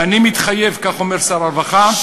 ואני מתחייב" כך אומר שר הרווחה,